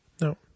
No